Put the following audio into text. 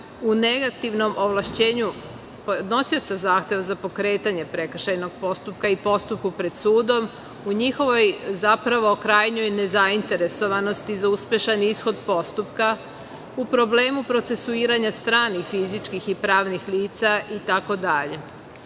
u negativnom ovlašćenju podnosioca zahteva za pokretanje prekršajnog postupka i postupku pred sudom, u njihovoj, zapravo krajnjoj nezainteresovanosti za uspešan ishod postupka, u problemu procesuiranja stranih fizičkih i pravnih lica itd. Iz